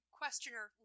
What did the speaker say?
questioner